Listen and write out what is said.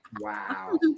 Wow